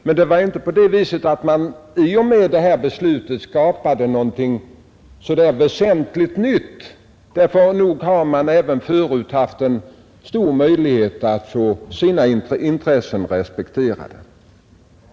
Men det var inte på det viset att man i och med det här beslutet skapade någonting väsentligt nytt; nog hade dessa tjänstemän även förut haft en stor möjlighet att få sina intressen respekterade.